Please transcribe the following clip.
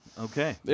Okay